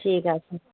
ঠিক আছে